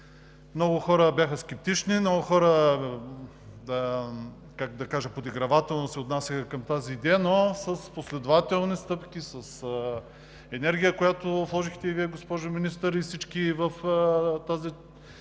Много хора бяха скептични, много хора подигравателно се отнасяха към тази идея, но с последователни стъпки, с енергия, която вложихте и Вие, госпожо Министър, и всички в тази